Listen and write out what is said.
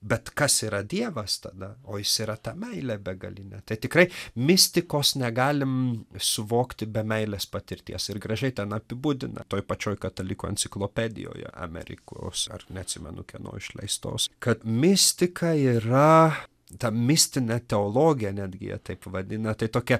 bet kas yra dievas tada o jis yra ta meilė begalinė tai tikrai mistikos negalim suvokti be meilės patirties ir gražiai ten apibūdina toj pačioj katalikų enciklopedijoje amerikos ar neatsimenu kieno išleistos kad mistika yra ta mistinė teologija netgi jie taip vadina tai tokia